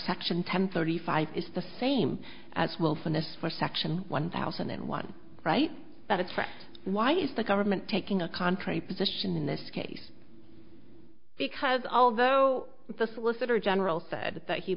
section ten thirty five is the same as wilfulness for section one thousand and one right that it's for why is the government taking a contrary position in this case because although the solicitor general said that he